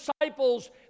disciples